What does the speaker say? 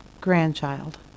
grandchild